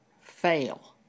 fail